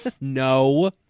No